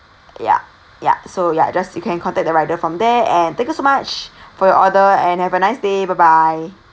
ya ya so ya just you can contact the rider from there and thank you so much for your order and have a nice day bye bye